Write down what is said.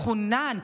מחונן.